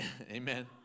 amen